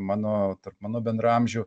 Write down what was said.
mano tarp mano bendraamžių